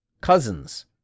cousins